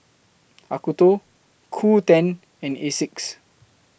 Acuto Qoo ten and Asics